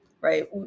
right